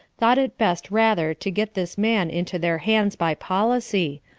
thought it best rather to get this man into their hands by policy,